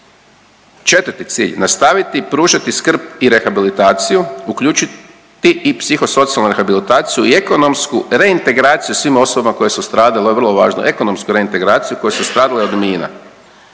Četvrti cilj, nastaviti pružati skrb i rehabilitaciju, uključiti i psihosocijalnu rehabilitaciju ekonomsku reintegraciju svim osobama koje su stradale, ovo je vrlo važno, ekonomsku reintegraciju koje su stradale od mina.